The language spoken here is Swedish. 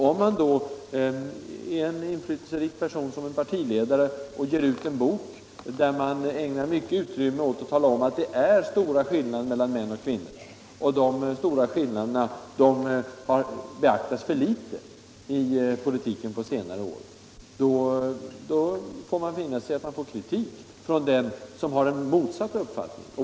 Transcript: Om man då är en inflytelserik person som en partiledare och ger ut en bok där man ägnar mycket utrymme åt att tala om att det är stora skillnader mellan män och kvinnor och att de stora skillnaderna beaktats för litet i politiken på senare år, då får man räkna med kritik från dem som har en motsatt uppfattning.